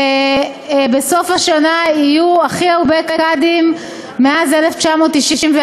בסוף השנה יהיו הכי הרבה קאדים מאז 1994,